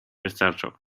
wystarczą